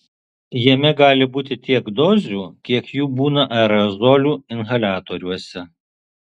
jame gali būti tiek dozių kiek jų būna aerozolių inhaliatoriuose